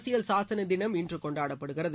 அரசியல் சாசன தினம் இன்று கொண்டாடப்படுகிறது